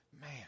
man